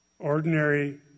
ordinary